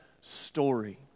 story